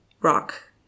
rock